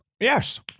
Yes